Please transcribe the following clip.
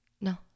No